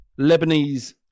Lebanese